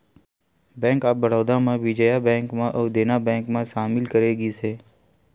bank of Baroda म Vijaya bank अउ Dena bank ल सामिल करे गिस हे